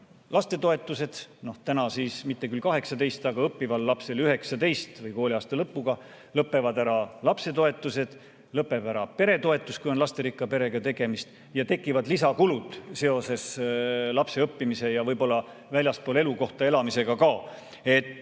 lapsetoetused. Täna mitte küll 18, aga õppival lapsel 19 või kooliaasta lõpuga lõpevad ära lapsetoetused, lõpeb ära peretoetus, kui on lasterikka perega tegemist, ja tekivad lisakulud seoses lapse õppimise ja võib-olla ka väljaspool elukohta elamisega. See